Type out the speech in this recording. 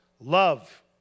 love